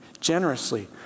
generously